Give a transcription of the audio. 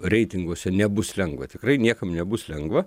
reitinguose nebus lengva tikrai niekam nebus lengva